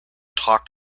talked